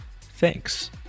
Thanks